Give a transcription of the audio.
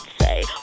say